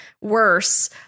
worse